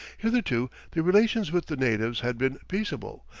hitherto the relations with the natives had been peaceable,